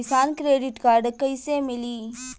किसान credit card कइसे मिली?